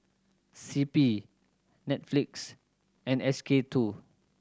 C P Netflix and S K Two